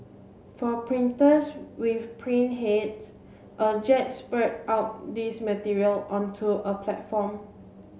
for printers with print heads a jet spurt out these material onto a platform